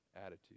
attitude